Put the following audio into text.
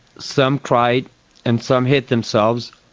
some cried and some hit themselves,